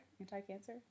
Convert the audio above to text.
Anti-cancer